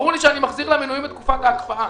ברור לי שאני מחזיר למנויים את תקופת ההקפאה.